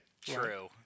True